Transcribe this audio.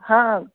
हां